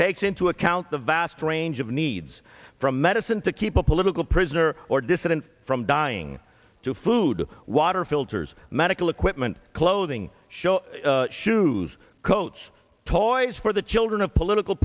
takes into account the vast range of needs from medicine to keep a political prisoner or dissidents from dying to food water filters medical equipment clothing show shoes coats toys for the children of political